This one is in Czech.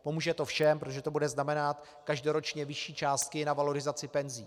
Pomůže to všem, protože to bude znamenat každoročně vyšší částky na valorizaci penzí.